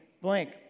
blank